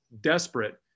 desperate